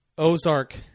Ozark